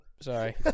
Sorry